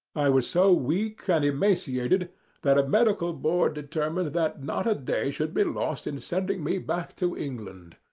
i was so weak and emaciated that a medical board determined that not a day should be lost in sending me back to england.